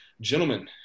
gentlemen